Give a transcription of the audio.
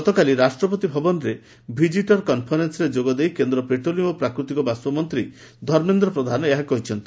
ଗତକାଲି ରାଷ୍ଟ୍ରପତି ଭବନରେ ଭିଜିଟର୍ କନ୍ଫରେନ୍ସ୍ରେ ଯୋଗଦେଇ କେନ୍ଦ୍ ପେଟ୍ରୋଲିୟମ୍ ଓ ପ୍ରାକୃତିକ ଗ୍ୟାସ୍ ମନ୍ତୀ ଧର୍ମେଦ୍ର ପ୍ରଧାନ ଏହା କହିଛନ୍ତି